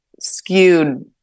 skewed